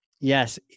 yes